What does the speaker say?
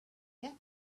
get